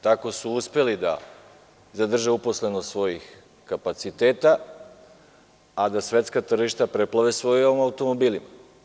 Tako su uspeli da zadrže uposlenost svojih kapaciteta a da svetska tržišta preplave svojim automobilima.